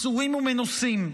מסורים ומנוסים.